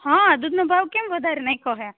હ દૂધનો ભાવ કેમ વધારી નાખ્યો છે